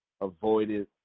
avoided